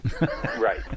Right